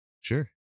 Sure